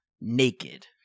naked